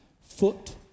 foot